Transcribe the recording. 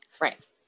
right